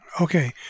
Okay